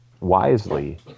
wisely